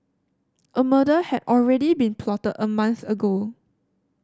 a murder had already been plotted a month ago